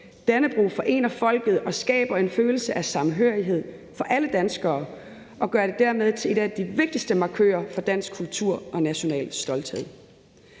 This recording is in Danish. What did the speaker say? Dannebrog forener folket og skaber en følelse af samhørighed for alle danskere og gør det dermed til en de vigtigste markører for dansk kultur og national stolthed.